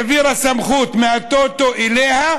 היא העבירה סמכות מהטוטו אליה,